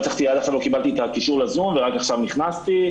עד עכשיו לא קיבלתי את הקישור לזום ורק עכשיו נכנסתי.